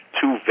two